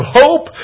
hope